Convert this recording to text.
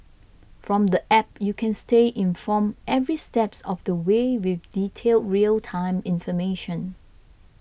from the app you can stay informed every steps of the way with detailed real time information